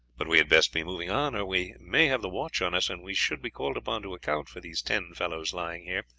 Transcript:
but we had best be moving on or we may have the watch on us, and we should be called upon to account for these ten fellows lying here.